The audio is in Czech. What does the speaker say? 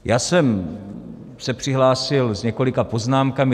Já jsem se přihlásil s několika poznámkami.